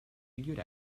figured